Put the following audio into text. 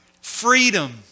freedom